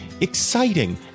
exciting